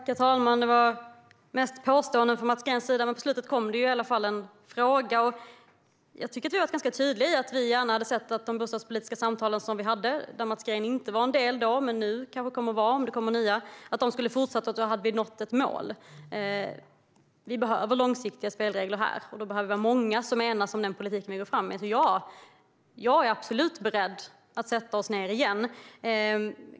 Herr talman! Det var mest påståenden från Mats Green, men på slutet kom det i alla fall en fråga. Jag tycker att vi har varit ganska tydliga med att vi gärna hade sett att de bostadspolitiska samtal som fördes hade fortsatt så att ett mål kunde nås. Mats Green var inte med i dem men kommer kanske att vara med om det kommer nya. Vi behöver långsiktiga spelregler här, och då behöver vi vara många som enas om den politik vi går fram med. Så ja, Miljöpartiet är absolut berett på att sätta sig ned igen.